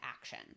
action